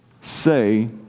say